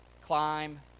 climb